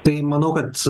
tai manau kad